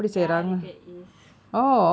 ya they get as